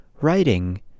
writing